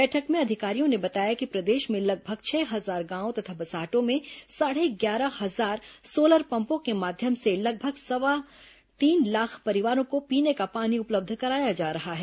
बैठक में अधिकारियों ने बताया कि प्रदेश में लगभग छह हजार गांवों तथा बसाहटों में साढ़े ग्यारह हजार सोलर पम्पों के माध्यम से लगभग सवा तीन लाख परिवारों को पीने का पानी उपलब्ध कराया जा रहा है